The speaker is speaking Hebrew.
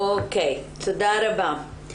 תודה רבה.